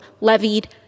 levied